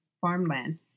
farmland